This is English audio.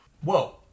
Whoa